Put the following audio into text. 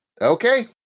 okay